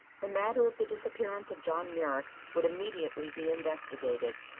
the matter of the disappearance of john merrick would immediately be investigated.